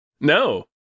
No